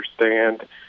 understand